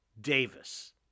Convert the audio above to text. Davis